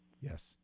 Yes